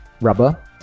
rubber